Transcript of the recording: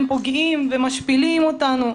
הם פוגעים ומשפילים אותנו,